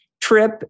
trip